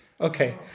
Okay